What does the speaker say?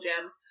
gems